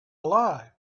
lie